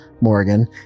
Morgan